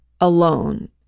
alone